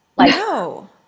No